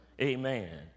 Amen